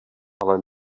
ale